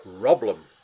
problem